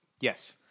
Yes